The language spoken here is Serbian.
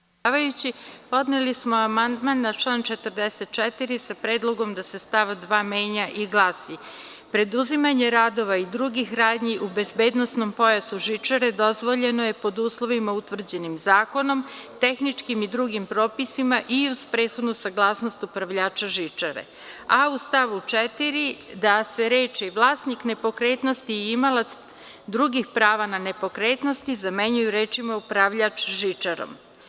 Poštovani predsedavajući, podneli smo amandman na član 44. sa predlogom da se stav 2. menja i glasi: „Preduzimanje radova i drugih radi u bezbednosnom pojasu žičare dozvoljeno je pod uslovima utvrđenim zakonom, tehničkim i drugim propisima i uz prethodnu saglasnost upravljača žičare“, a u stavu 4. da se reči „vlasnik nepokretnosti i imalac drugih prava na nepokretnosti“ zamenjuju rečima „upravljač žičarom“